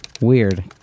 Weird